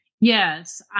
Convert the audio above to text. Yes